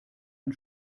ein